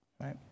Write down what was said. right